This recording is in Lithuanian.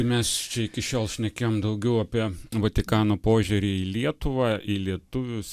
mes čia iki šiol šnekėjom daugiau apie vatikano požiūrį į lietuvą į lietuvius